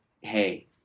hey